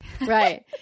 Right